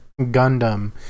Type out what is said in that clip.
Gundam